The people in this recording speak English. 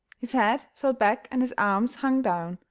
his head fell back and his arms hung down,